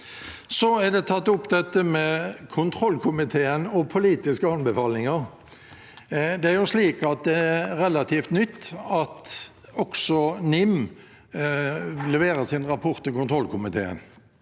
Noen har tatt opp dette med kontrollkomiteen og politiske anbefalinger. Det er jo relativt nytt at også NIM leverer sin rapport til kontrollkomiteen,